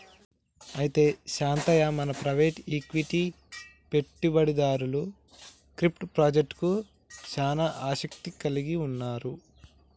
అయితే శాంతయ్య మన private equity పెట్టుబడిదారులు క్రిప్టో పాజెక్టలకు సానా ఆసత్తి కలిగి ఉన్నారు